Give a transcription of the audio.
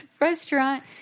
restaurant